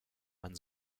man